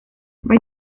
mae